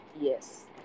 Yes